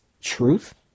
truth